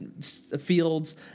fields